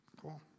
Cool